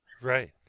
Right